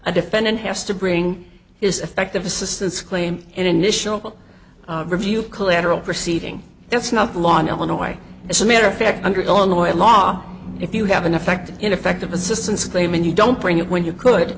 a defendant has to bring his effective assistance claim an initial review collateral proceeding that's not the law in illinois as a matter of fact under illinois law if you have an effect ineffective assistance claim and you don't bring it when you could